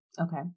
Okay